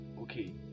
Okay